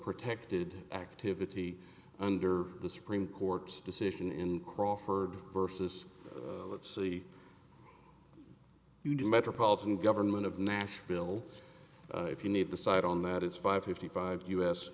protected activity under the supreme court's decision in crawford versus let's see you do metropolitan government of nashville if you need to cite on that it's five fifty five u